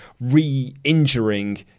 re-injuring